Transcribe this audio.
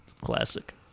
Classic